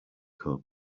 cup